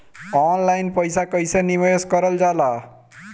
Online पईसा कईसे निवेश करल जाला?